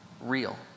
real